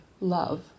love